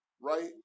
right